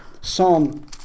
Psalm